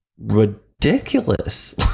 ridiculous